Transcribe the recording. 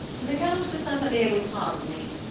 the count de st. alyre will pardon me,